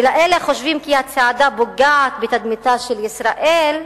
ולאלה החושבים כי הצעדה פוגעת בתדמיתה של ישראל,